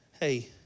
hey